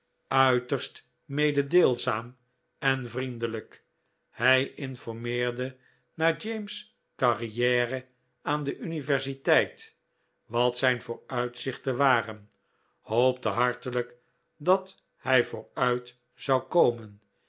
uiterst mededeelzaam en vriendelijk hij informeerde naar james carriere aan de universiteit wat zijn vooruitzichten waren hoopte hartelijk dat hij vooruit zou komen